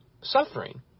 suffering